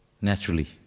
naturally